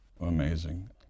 Amazing